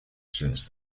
since